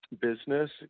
business